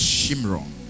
Shimron